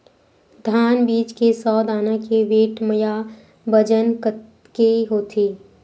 धान बीज के सौ दाना के वेट या बजन कतके होथे?